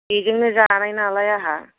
बेजोंनो जानाय नालाय आंहा